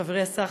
חברי השר,